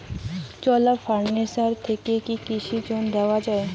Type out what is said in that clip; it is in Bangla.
চোলা ফাইন্যান্স থেকে কি কৃষি ঋণ দেওয়া হয়?